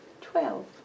Twelve